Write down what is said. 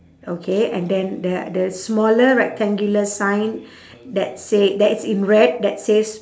okay and then there the smaller rectangular sign that said that is in red that says